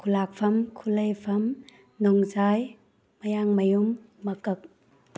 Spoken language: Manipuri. ꯈꯨꯜꯂꯥꯛꯄꯝ ꯈꯨꯂꯩꯕꯝ ꯅꯣꯡꯖꯥꯏ ꯃꯌꯥꯡ ꯃꯌꯨꯝ ꯃꯀꯛ